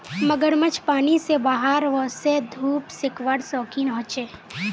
मगरमच्छ पानी से बाहर वोसे धुप सेकवार शौक़ीन होचे